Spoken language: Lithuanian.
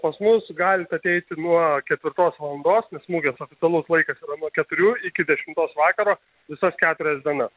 pas mus galit ateiti nuo ketvirtos valandos nes mugės oficialus laikas yra nuo keturių iki dešimtos vakaro visas keturias dienas